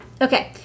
okay